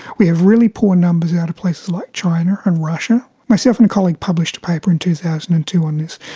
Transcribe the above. we have really poor numbers out of places like china and russia. myself and a colleague published a paper in two thousand and two on this,